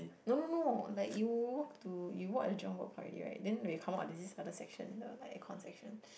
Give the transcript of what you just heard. no no no like you walk to you walk at the Jurong-Bird-Park already right then when you come out there's this other section the like aircon section